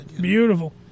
Beautiful